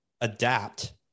adapt